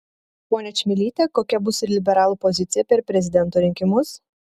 ponia čmilyte kokia bus liberalų pozicija per prezidento rinkimus